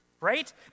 right